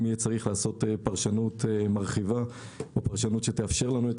יהיה צורך לעשות פרשנות מרחיבה או כזו שתאפשר לצו את